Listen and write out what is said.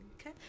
okay